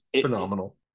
phenomenal